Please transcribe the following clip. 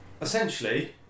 Essentially